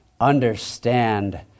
understand